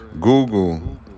Google